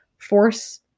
force